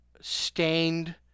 stained